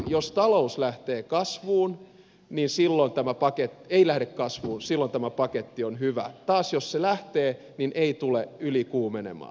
jos talous ei lähde kasvuun silloin tämä paketti ei lähde kasvu sivaltava paketti on hyvä taas jos se lähtee niin ei tule ylikuumenemaan